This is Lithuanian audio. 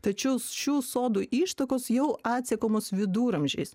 tačiau šių sodų ištakos jau atsekamos viduramžiais